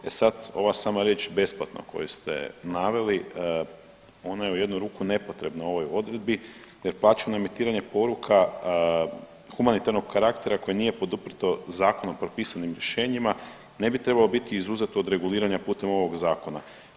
E sad, ova sama riječ besplatno koju ste naveli ona je u jednu ruku nepotrebna u ovoj odredbi jer plaćeno emitiranje poruka humanitarnog karaktera koje nije poduprto zakonom propisanim rješenjima ne bi trebalo biti izuzeto od reguliranja putem ovog zakona.